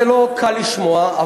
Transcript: זה לא קל לשמוע,